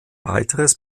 weiteres